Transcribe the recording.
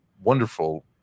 wonderful